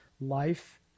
life